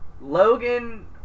Logan